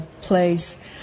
place